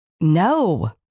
no